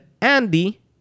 andy